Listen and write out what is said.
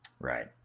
Right